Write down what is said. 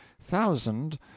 thousand